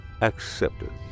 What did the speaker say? Accepted